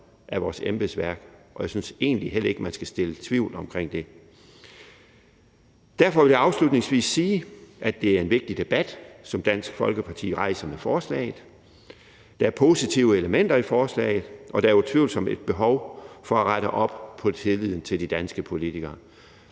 af vores embedsværk, og jeg synes egentlig heller ikke, at man skal rejse tvivl om det. Derfor vil jeg afslutningsvis sige, at det er en vigtig debat, som Dansk Folkeparti rejser med forslaget. Der er positive elementer i forslaget, og der er utvivlsomt et behov for at rette op på tilliden til de danske politikere.